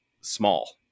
small